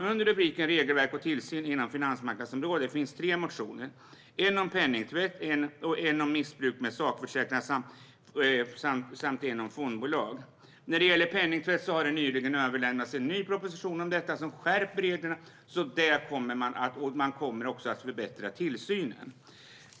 Under rubriken Regelverk och tillsyn inom finansmarknadsområdet finns tre motioner: en om penningtvätt, en om missbruk med sakförsäkringar samt en om fondbolag. När det gäller penningtvätt har det nyligen överlämnats en ny proposition om detta som skärper reglerna. Man kommer också att förbättra tillsynen.